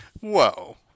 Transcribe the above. Whoa